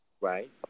Right